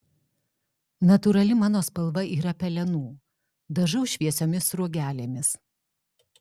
natūrali mano spalva yra pelenų dažau šviesiomis sruogelėmis